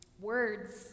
Words